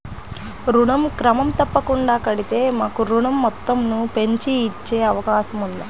ఋణం క్రమం తప్పకుండా కడితే మాకు ఋణం మొత్తంను పెంచి ఇచ్చే అవకాశం ఉందా?